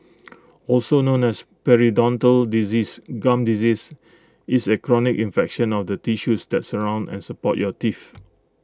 also known as periodontal disease gum disease is A chronic infection of the tissues that surround and support your teeth